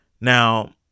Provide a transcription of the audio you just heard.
Now